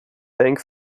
bank